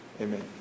Amen